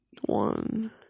One